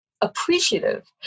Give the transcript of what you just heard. appreciative